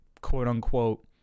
quote-unquote